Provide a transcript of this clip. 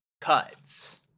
cuts